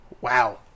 Wow